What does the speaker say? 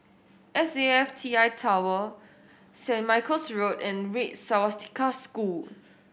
S A F T I Tower Saint Michael's Road and Red Swastika School